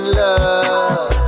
love